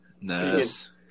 Nice